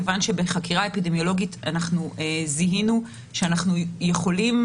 כיוון שבחקירה אפידמיולוגית אנחנו זיהינו שאנחנו יכולים